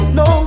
no